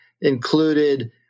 included